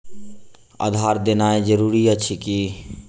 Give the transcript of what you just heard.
आधार देनाय जरूरी अछि की?